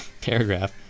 paragraph